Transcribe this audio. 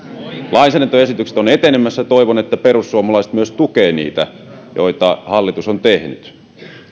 lainsäädäntöesitykset ovat etenemässä ja toivon että perussuomalaiset myös tukevat niitä joita hallitus on tehnyt